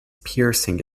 piercing